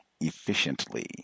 efficiently